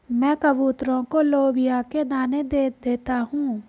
मैं कबूतरों को लोबिया के दाने दे देता हूं